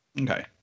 okay